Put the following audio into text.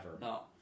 No